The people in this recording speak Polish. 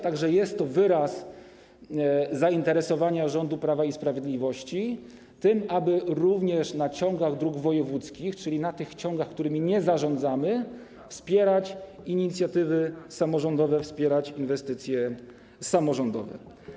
Tak że jest to wyraz zainteresowania rządu Prawa i Sprawiedliwości tym, aby również w ciągach dróg wojewódzkich, czyli w tych ciągach, którymi nie zarządzamy, wspierać inicjatywy samorządowe, wspierać inwestycje samorządowe.